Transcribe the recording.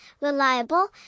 reliable